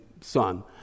son